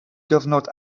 gyfnod